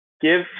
give